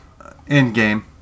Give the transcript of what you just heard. Endgame